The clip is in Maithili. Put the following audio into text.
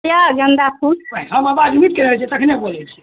यऽ गेंदा फूल